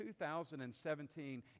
2017